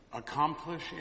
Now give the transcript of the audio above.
Accomplish